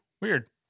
Weird